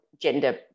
gender